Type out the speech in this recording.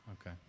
Okay